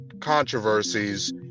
controversies